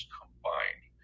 combined